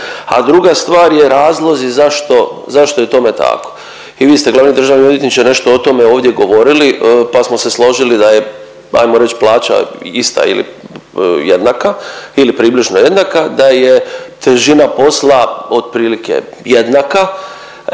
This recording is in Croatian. a druga stvar je razlozi zašto, zašto je tome tako. I vi ste glavni državni odvjetniče nešto o tome ovdje govorili, pa smo se složili da je ajmo reć plaća ista ili jednaka ili približno jednaka, da je težina posla otprilike jednaka,